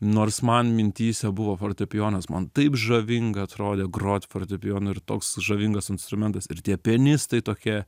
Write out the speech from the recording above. nors man mintyse buvo fortepijonas man taip žavinga atrodė grot fortepijonu ir toks žavingas instrumentas ir tie pianistai tokie